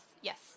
yes